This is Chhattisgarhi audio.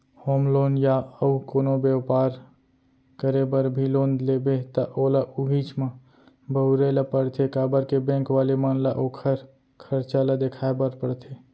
होम लोन या अउ कोनो बेपार करे बर भी लोन लेबे त ओला उहींच म बउरे ल परथे काबर के बेंक वाले मन ल ओखर खरचा ल देखाय बर परथे